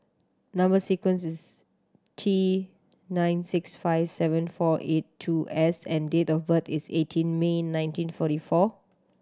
number sequence is T nine six five seven four eight two S and date of birth is eighteen May nineteen forty four